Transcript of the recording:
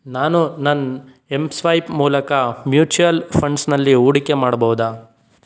ನಾನು ನನ್ನ M swipe ಮೂಲಕ ಮ್ಯೂಚ್ವಲ್ ಫಂಡ್ಸಿನಲ್ಲಿ ಹೂಡಿಕೆ ಮಾಡ್ಬೋದಾ